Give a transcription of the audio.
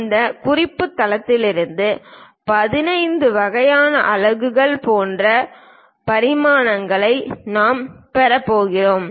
அந்த குறிப்பு தளத்திலிருந்து 15 வகையான அலகுகள் போன்ற பரிமாணங்களை நாம் பெறப்போகிறோம்